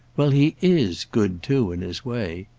well, he is good too, in his way.